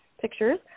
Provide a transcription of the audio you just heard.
pictures